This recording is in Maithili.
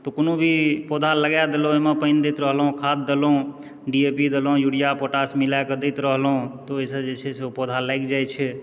तऽ कोनो भी पौधा लगाए देलहुँ ओहिमे पानि दैत रहलहुँ खाद्य देलहुँ डीएपी देलहुँ यूरिया पोटाश मिलाए कऽ दैत रहलहुँ तऽ ओहिसँ जे छै से ओ पौधा लागि जाइ छै